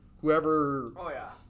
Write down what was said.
Whoever